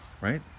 right